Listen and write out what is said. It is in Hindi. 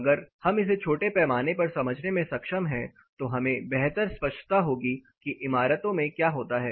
अगर हम इसे छोटे पैमाने पर समझने में सक्षम हैं तो हमें बेहतर स्पष्टता होगी कि इमारतों में क्या होता है